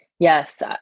Yes